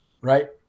Right